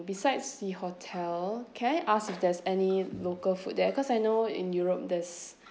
besides the hotel can I ask if there's any local food there cause I know in europe there's